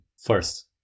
first